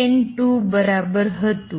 AN2 બરાબર હતું